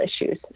issues